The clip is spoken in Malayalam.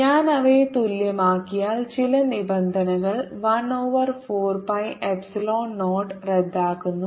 ഞാൻ അവയെ തുല്യമാക്കിയാൽ ചില നിബന്ധനകൾ 1 ഓവർ 4 പൈ എപ്സിലോൺ 0 റദ്ദാക്കുന്നു